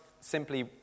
simply